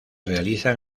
realizan